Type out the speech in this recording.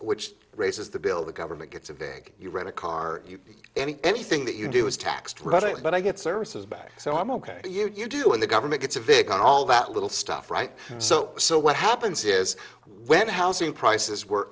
which raises the bill the government gets a big you rent a car any anything that you do is taxed right but i get services back so i'm ok you do when the government gets a big on all that little stuff right so so what happens is when housing prices were